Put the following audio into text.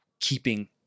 keeping